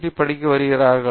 D படிக்க வருகிறார்கள்